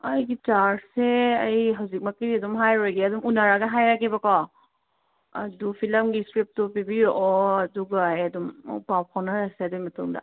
ꯑꯩꯒꯤ ꯆꯥꯔꯁꯁꯦ ꯑꯩ ꯍꯧꯖꯤꯛꯃꯛꯀꯤꯗꯤ ꯑꯗꯨꯝ ꯍꯥꯏꯔꯣꯏꯒꯦ ꯑꯗꯨꯝ ꯎꯅꯔꯒ ꯍꯥꯏꯔꯒꯦꯕ ꯀꯣ ꯑꯗꯨ ꯐꯤꯂꯝꯒꯤ ꯏꯁꯀ꯭ꯔꯤꯞꯇꯣ ꯄꯤꯕꯤꯔꯛꯑꯣ ꯑꯗꯨꯒ ꯑꯩ ꯑꯗꯨꯝ ꯄꯥꯎ ꯐꯥꯎꯅꯔꯁꯦ ꯑꯗꯨꯒꯤ ꯃꯇꯨꯡꯗ